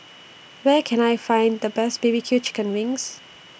Where Can I Find The Best B B Q Chicken Wings